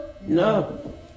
No